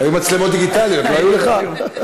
היו מצלמות דיגיטליות, לא היו לכם?